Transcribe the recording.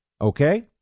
okay